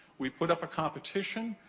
we put up a competition.